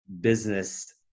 business